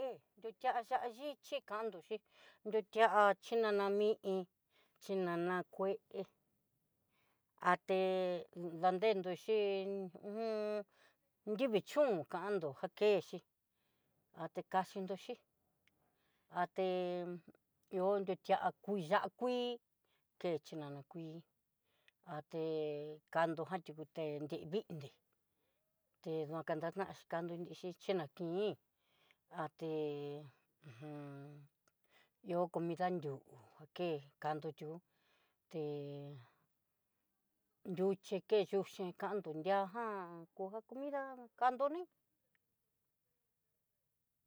Hé nrutia xhiá xhichi kando xhi nrutia xhinana mi iin xhinana kué até, un dadendo xhí uj nrivi chón kando jakexhi até kaxhi nro xhi, até nrió nrutia kuii, kuii ya'á kuii ke xhinana kuii, até kando jan chí kuté nrivinrí, té dukadanta tí xhikanró xhi chinankuiin, até uj ihó comida nriuku jake kandió xhiu té nruxhi ke yúxhe kando nria ka jan koga comida kando ní.